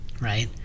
right